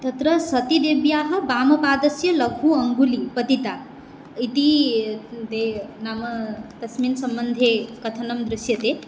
तत्र सतीदेव्याः वामपादस्य लघु अङ्गुलिः पतिता इति ते नाम तस्मिन् सम्बन्धे कथनं दृश्यते